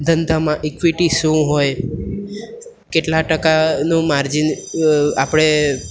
ધંધામાં ઇક્વિટી શું હોય કેટલા ટકાનું માર્જિન આપણે